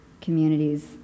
communities